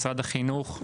משרד החינוך,